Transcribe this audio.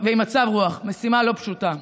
משימה לא פשוטה.